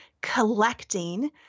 collecting